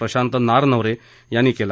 प्रशांत नारनवरे यांनी केलं